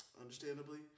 understandably